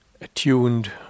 attuned